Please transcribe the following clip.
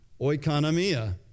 oikonomia